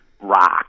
rock